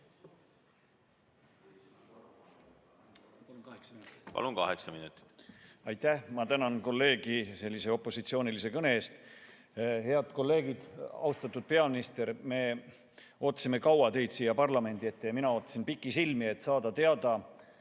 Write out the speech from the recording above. Palun, kaheksa minutit!